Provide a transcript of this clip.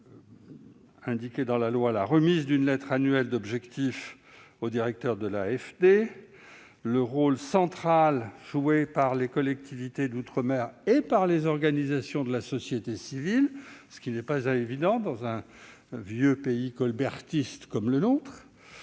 figurent dans le texte : la remise d'une lettre annuelle d'objectifs au directeur de l'AFD ; le rôle central joué par les collectivités d'outre-mer et par les organisations de la société civile, ce qui n'est pas évident pour un vieux pays colbertiste comme le nôtre